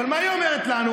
אבל מה היא אומרת לנו?